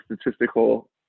statistical